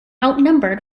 outnumbered